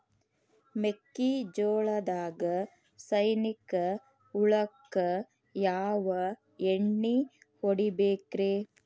ಮೆಕ್ಕಿಜೋಳದಾಗ ಸೈನಿಕ ಹುಳಕ್ಕ ಯಾವ ಎಣ್ಣಿ ಹೊಡಿಬೇಕ್ರೇ?